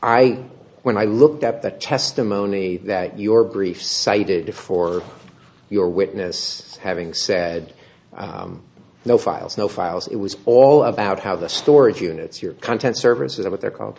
i when i looked up the testimony that your brief cited for your witness having said no files no files it was all about how the storage units your content services are what they're called